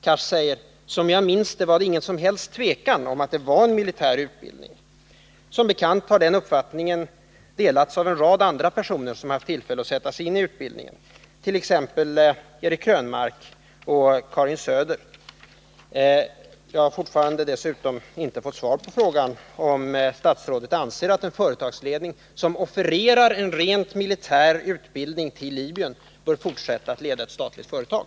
Han sade också: ”Som jag minns det var det ingen som helst tvekan om att det var en militär utbildning.” — Som bekant delas den uppfattningen av en rad andra personer som haft tillfälle att sätta sig in i den här frågan, t.ex. Eric Krönmark och Karin Söder. Jag vill till sist säga att jag ännu inte fått svar på frågan, om statsrådet anser att en företagsledning som offererar en rent militär utbildning till Libyen bör fortsätta att leda ett statligt företag.